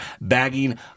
bagging